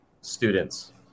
students